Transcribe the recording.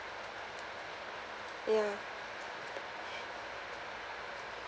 ya